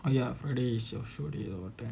ah ya friday is your surely you know